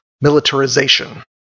militarization